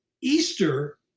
Easter